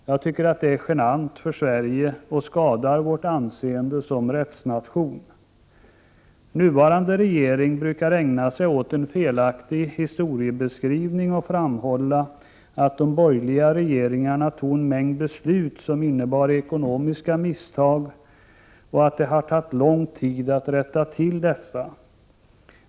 Jag tycker att detta är genant för Sverige. Dessutom skadar det vårt anseende som rättsnation. Nuvarande regering brukar ägna sig åt en felaktig historieskrivning och framhålla att de borgerliga regeringarna fattade en mängd beslut som innebar ekonomiska misstag det som har tagit lång tid att rätta till.